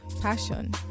passion